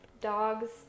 Dogs